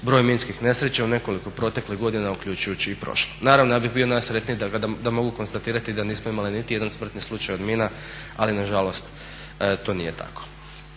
broj minskih nesreća u nekoliko proteklih godina uključujući i prošlu. Naravno ja bih bio najsretniji da mogu konstatirati da nismo imali niti jedan smrtni slučaj od mina ali nažalost to nije tako.